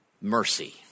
mercy